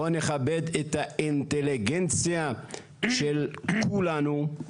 בואו נכבד את האינטליגנציה של כולנו.